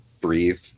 breathe